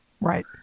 Right